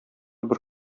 бер